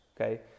okay